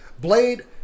Blade